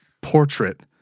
portrait